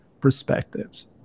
perspectives